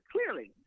Clearly